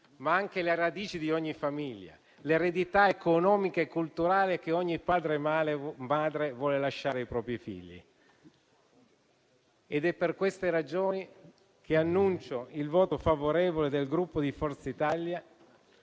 ma anche le radici di ogni famiglia, l'eredità economica e culturale che ogni padre e madre vuole lasciare ai propri figli. È per questa ragione che annuncio il voto favorevole del Gruppo Forza Italia,